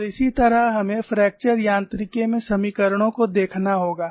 और इसी तरह हमें फ्रैक्चर यांत्रिकी में समीकरणों को देखना होगा